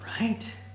Right